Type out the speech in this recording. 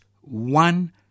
one